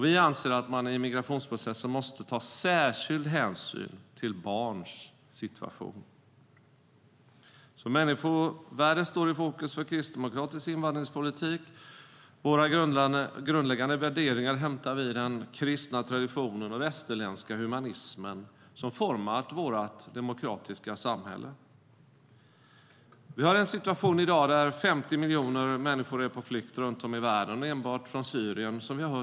Vi anser att man i migrationsprocessen måste ta särskild hänsyn till barns situation. Vi har en situation i dag där 50 miljoner människor är på flykt runt om i världen. Enbart från Syrien är det nio miljoner.